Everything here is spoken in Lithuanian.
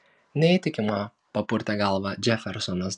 neįtikinama papurtė galvą džefersonas